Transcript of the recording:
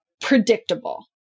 predictable